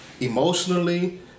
emotionally